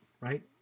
right